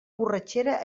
borratxera